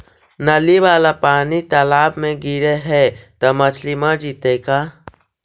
नली वाला पानी तालाव मे गिरे है त मछली मर जितै का?